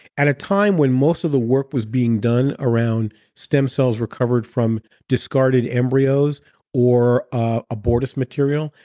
at a time when most of the work was being done around stem cells recovered from discarded embryos or ah abortus material,